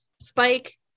Spike